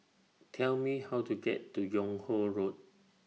Tell Me How to get to Yung Ho Road